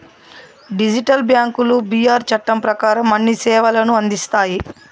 digital బ్యాంకులు BR చట్టం ప్రకారం అన్ని సేవలను అందిస్తాయి